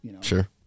sure